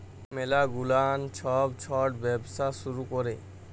ম্যালা গুলান ছব ছট ব্যবসা শুরু ক্যরে